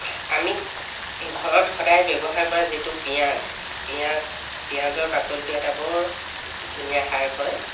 আমি ঘৰত সদায় ব্যৱহাৰ কৰা যিটো পিঁয়াজ পিঁয়াজ পিঁয়াজৰ বাকলিটো এটা বৰ ধুনীয়া সাৰ হয়